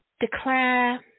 declare